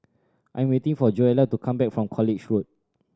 I am waiting for Joella to come back from College Road